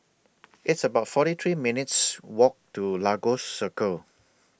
It's about forty three minutes' Walk to Lagos Circle